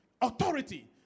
Authority